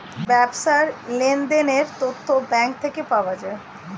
ব্যবসার লেনদেনের তথ্য ব্যাঙ্ক থেকে পাওয়া যায়